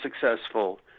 successful